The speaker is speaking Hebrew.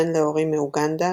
בן להורים מאוגנדה,